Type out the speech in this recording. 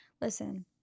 listen